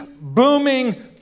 booming